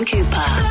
Cooper